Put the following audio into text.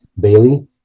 Bailey